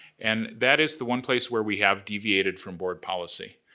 and that is the one place where we have deviated from board policy.